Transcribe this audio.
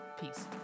Peace